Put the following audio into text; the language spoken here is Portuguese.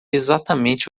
exatamente